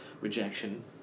rejection